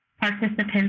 participants